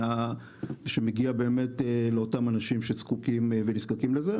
שמגיע לאותם אנשים שנזקקים לזה.